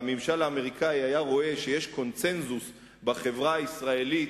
והממשל האמריקני היה רואה שיש קונסנזוס בחברה הישראלית,